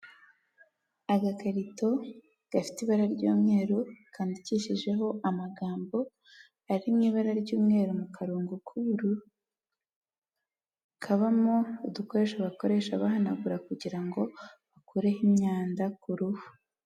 Agakarito gafite ibara ry'umweru, kandikishijeho amagambo ari mu ibara ry'umweru, mu karongo k'ubururu, kabamo udukoreshasho bakoresha bahanagura kugira ngo bakureho imyanda ku ruhu.